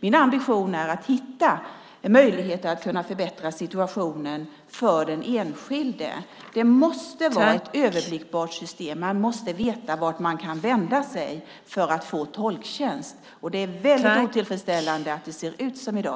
Min ambition är att hitta möjligheter att förbättra situationen för den enskilde. Det måste vara ett överblickbart system. Man måste veta vart man kan vända sig för att få tolktjänst. Det är otillfredsställande att det ser ut som i dag.